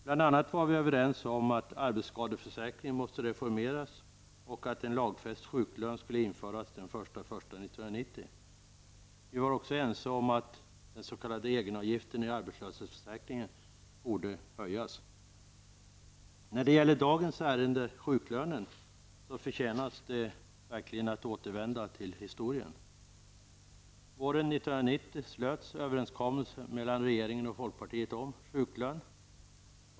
Bl.a. var vi överens om att arbetsskadeförsäkringen måste reformeras och att en lagfäst sjuklön skulle införas den 1 januari 1990. Vi var också ense om att den s.k. egenavgiften i arbetslöshetsförsäkringen borde höjas. När det gäller dagens ärende, sjuklönen, så förtjänar det verkligen att återvända till historien. Våren 1990 slöts överenskommelsen mellan regeringen och folkpartiet om sjuklön.